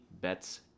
bets